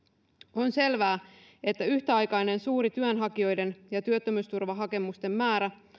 on selvää että yhtäaikainen suuri työnhakijoiden ja työttömyysturvahakemusten määrä